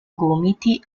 gomiti